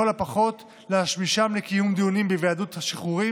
הפחות להשמישם לקיום דיונים בוועדות השחרורים,